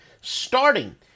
starting